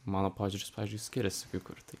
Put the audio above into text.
mano požiūris pavyzdžiui skiriasi kai kur tai